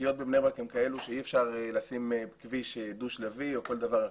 התשתיות בבני ברק הן כאלו שאי אפשר לשים כביש דו-שלבי או כל דבר אחר.